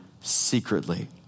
secretly